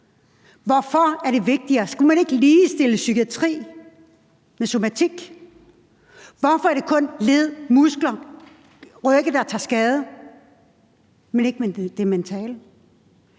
Hvorfor er det vigtigere? Skulle man ikke ligestille psykiatri med somatik? Hvorfor er det kun led, muskler og rygge, der tager skade, men ikke det mentale?